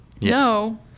No